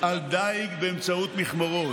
על דיג באמצעות מכמרות.